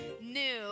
new